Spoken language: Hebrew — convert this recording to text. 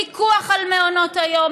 פיקוח על מעונות היום,